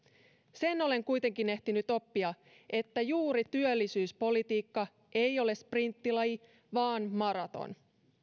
sen olen kuitenkin ehtinyt oppia että juuri työllisyyspolitiikka ei ole sprinttilaji vaan maraton